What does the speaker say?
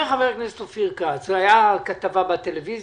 אומר חבר הכנסת אופיר כץ, והייתה כתבה בטלוויזיה.